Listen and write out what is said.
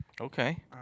Okay